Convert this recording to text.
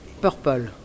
purple